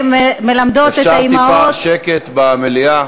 ומלמדות את האימהות, אפשר טיפה שקט במליאה?